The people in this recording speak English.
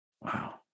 wow